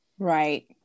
right